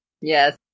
Yes